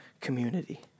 community